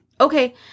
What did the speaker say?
Okay